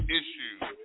issues